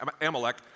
Amalek